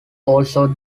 also